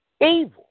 evil